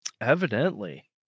Evidently